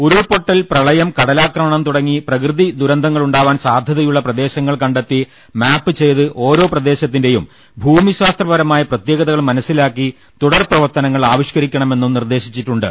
ഉരുൾപൊട്ടൽ പ്രളയം കടലാക്ര മണം തുടങ്ങിയ പ്രകൃതി ദുരന്തങ്ങളുണ്ടാവാൻ സാധ്യ തയുള്ള പ്രദേശങ്ങൾ കണ്ടെത്തി മാപ് ചെയ്ത് ഓരോ പ്രദേശത്തിന്റെ ഭൂമിശാസ്ത്രപരമായ പ്രത്യേകതകൾ മന സ്സിലാക്കി തുടർ പ്രവർത്തനങ്ങൾ ആവിഷ്കരിക്കണ മെന്നും നിർദ്ദേശിച്ചിട്ടുണ്ട്